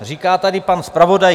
Říká tady pan zpravodaj.